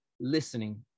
listening